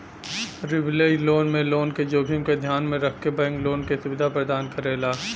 leverage loan में loan क जोखिम क ध्यान में रखके बैंक लोन क सुविधा प्रदान करेला